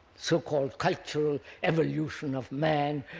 so-called cultural evolution of man